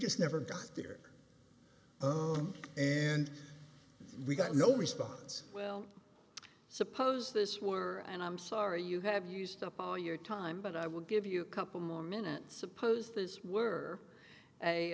just never got here and we got no response well suppose this were and i'm sorry you have used up all your time but i would give you a couple more minutes oppose this were a